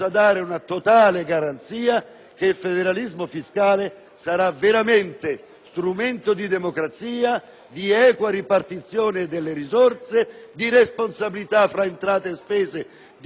strumento di democrazia, di equa ripartizione delle risorse, di responsabilità tra entrate e spese di tutti gli enti che governano il Paese, e dunque di responsabilità